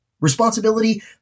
Responsibility